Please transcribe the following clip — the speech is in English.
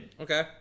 Okay